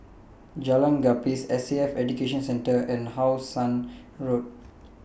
Jalan Gapis S A F Education Centre and How Sun Road